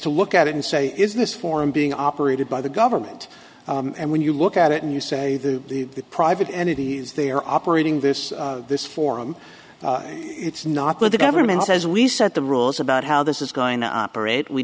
to look at it and say is this forum being operated by the government and when you look at it and you say the the private entities they're operating this this forum it's not the government says we set the rules about how this is going to operate we